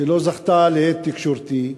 שלא זכתה להד תקשורתי,